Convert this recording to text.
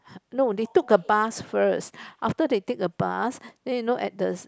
no they took a bus first after they take a bus then you know at the